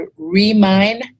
Remine